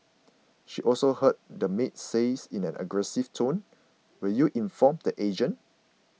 she also heard the maid say in an aggressive tone will you inform the agent